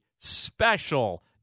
special